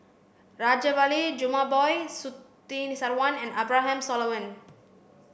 Rajabali Jumabhoy Surtini Sarwan and Abraham Solomon